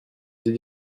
deux